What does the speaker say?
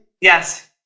Yes